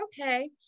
okay